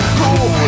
cool